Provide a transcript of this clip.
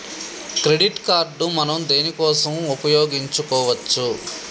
Credit card మనం దేనికోసం ఉపయోగించుకోవచ్చు?